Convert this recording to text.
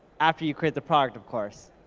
after you create the product, of course.